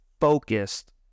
focused